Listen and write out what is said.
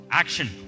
action